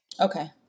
Okay